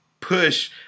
push